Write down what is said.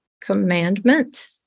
commandment